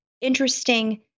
interesting